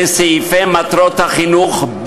לסעיפי מטרות החינוך,